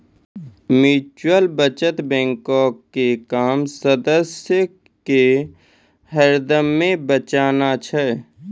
mutual बचत बैंको के काम सदस्य के हरदमे बचाना छै